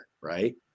right